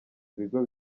ibigo